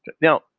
Now